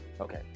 okay